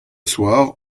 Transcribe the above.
soir